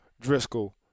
Driscoll